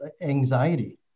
anxiety